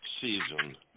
season